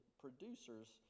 producers